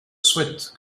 souhaite